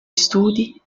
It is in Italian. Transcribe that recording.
studi